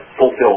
fulfill